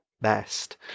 best